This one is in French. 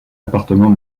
appartement